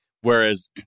whereas